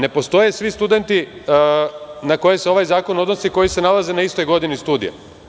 Ne postoje svi studenti na koje se ovaj zakon odnosi koji se nalaze na istoj godini studija.